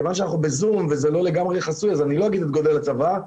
כיוון שהדיון הוא בזום והוא לא לגמרי חסוי אני לא אגיד את גודל הצבא,